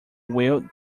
will